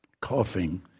coughing